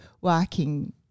working